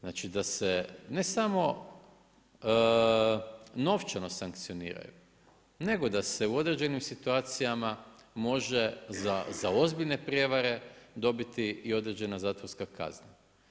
Znači da se ne samo novčano sankcioniraju, nego da se u određenim situacijama može za ozbiljne prijevare dobiti i određena zatvorska kazna.